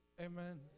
Amen